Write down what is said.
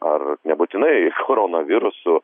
ar nebūtinai koronavirusu